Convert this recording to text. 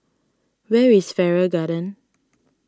where is Farrer Garden